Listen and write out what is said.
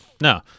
No